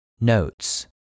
Notes